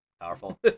Powerful